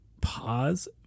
pause